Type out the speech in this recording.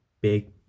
big